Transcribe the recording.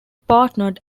partnered